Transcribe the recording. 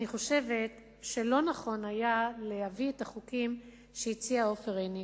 אני חושבת שלא נכון היה להביא את החוקים שהציע עופר עיני,